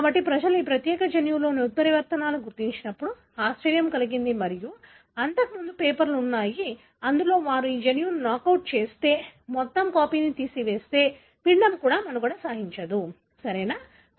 కాబట్టి ప్రజలు ఈ ప్రత్యేక జన్యువులోని ఉత్పరివర్తనాలను గుర్తించినప్పుడు ఆశ్చర్యం కలిగింది మరియు అంతకు ముందు పేపర్లు ఉన్నాయి అందులో వారు ఈ జన్యువును నాకౌట్ చేస్తే మొత్తం కాపీని తీసివేస్తే పిండం కూడా మనుగడ సాగించదు సరియైనదా